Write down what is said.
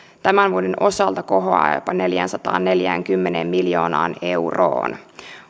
tämän vuoden osalta kohoaa jopa neljäänsataanneljäänkymmeneen miljoonaan euroon